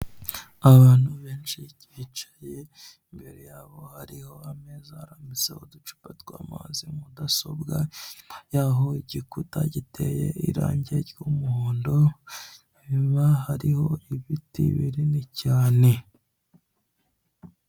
Abantu benshi bicaye, imbere yabo hariho ameza arambitseho uducupa tw'amazi, mudasobwa yaho igikuta giteye irangi ry'umuhondo. Inyuma hariho ibiti binini cyane.